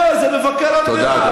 אני אומר, זה מבקר המדינה.